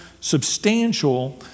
substantial